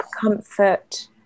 comfort